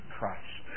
Christ